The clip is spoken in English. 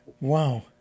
wow